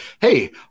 hey